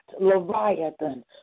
Leviathan